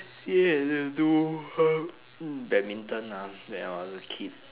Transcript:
say you do badminton ah when i was a kid